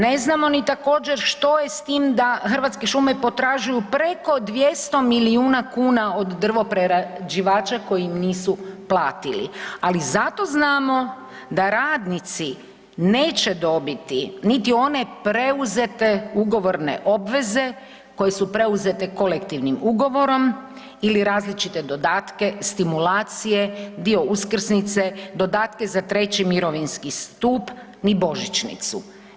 Ne znamo ni također što je sa tim da Hrvatske šume potražuju preko 200 milijuna kuna od drvoprerađivača koji im nisu platili, ali zato znamo da radnici neće dobiti niti one preuzete ugovorne obveze koje su preuzete kolektivnim ugovorom ili različite dodatke, stimulacije, dio Uskrsnice, dodatke za treći mirovinski stup ni božićnicu.